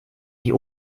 die